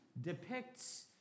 depicts